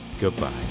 goodbye